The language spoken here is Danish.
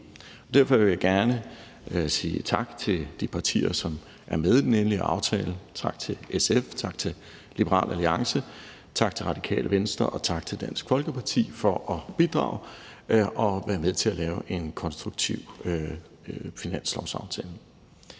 Derfor vil jeg gerne sige tak til de partier, som er med i den endelige aftale, tak til SF, tak til Liberal Alliance, tak til Radikale Venstre, og tak til Dansk Folkeparti for at bidrage og være med til at lave en konstruktiv finanslovsaftale.